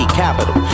capital